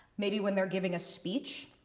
maybe when they're giving a speech.